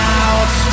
out